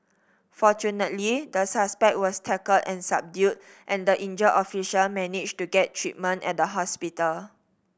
fortunately the suspect was tackled and subdued and the injured officer managed to get treatment at the hospital